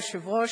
היושב-ראש,